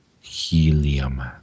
Helium